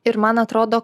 ir man atrodo